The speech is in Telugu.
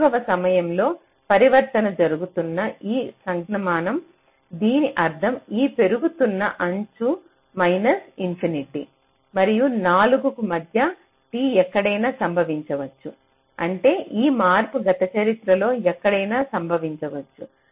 4 వ సమయంలో పరివర్తన జరుగుతున్న ఈ సంజ్ఞామానం దీని అర్థం ఈ పెరుగుతున్న అంచు మైనస్ ఇన్ఫినిటీ మరియు 4 కు మధ్య t ఎక్కడైనా సంభవించవచ్చు అంటే ఈ మార్పు గత చరిత్రలో ఎక్కడైనా సంభవించవచ్చు